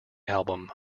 album